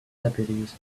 deputies